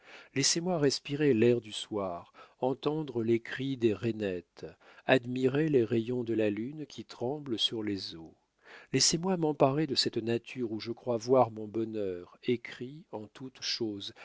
laissez-moi respirer l'air du soir entendre les cris des ranettes admirer les rayons de la lune qui tremblent sur les eaux laissez-moi m'emparer de cette nature où je crois voir mon bonheur écrit en toute chose